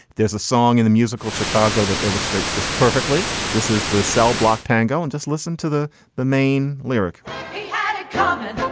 there's a song in the musical chicago that illustrates this perfectly. this is the cell block tango. and just listen to the the main lyric comment.